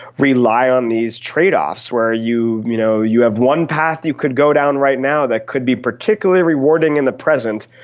rely on these trade-offs were you you know you have one path you could go down right now that could be particularly rewarding in the present,